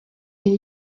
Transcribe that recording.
elle